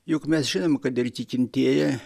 juk mes žinom kad ir tikintieji